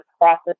process